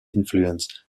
influence